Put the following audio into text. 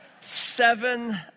Seven